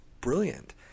brilliant